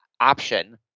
option